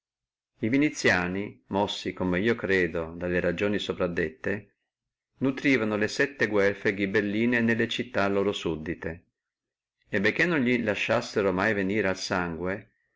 e viniziani mossi come io credo dalle ragioni soprascritte nutrivano le sètte guelfe e ghibelline nelle città loro suddite e benché non li lasciassino mai venire al sangue